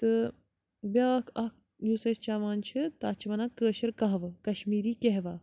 تہٕ بیٛاکھ اَکھ یُس أسۍ چٮ۪وان چھِ تَتھ چھِ وَنان کٲشٕر کَہوٕ کشمیٖری کہوا